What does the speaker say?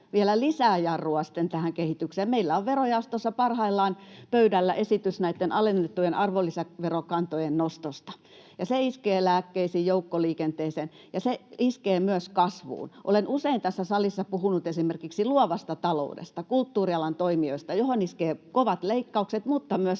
vielä lisää jarrua tähän kehitykseen. Meillä on verojaostossa parhaillaan pöydällä esitys näitten alennettujen arvonlisäverokantojen nostosta, ja se iskee lääkkeisiin, joukkoliikenteeseen, ja se iskee myös kasvuun. Olen usein tässä salissa puhunut esimerkiksi luovasta taloudesta, kulttuurialan toimijoista, joihin iskevät kovat leikkaukset mutta myös